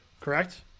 Correct